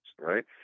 right